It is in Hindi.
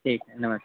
ठीक है नमस्ते